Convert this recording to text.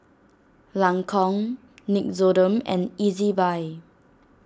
Lancome Nixoderm and Ezbuy